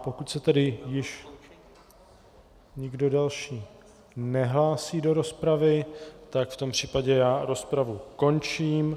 Pokud se tedy již nikdo další nehlásí do rozpravy, v tom případě rozpravu končím.